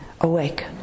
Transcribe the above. awake